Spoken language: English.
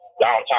downtown